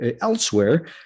elsewhere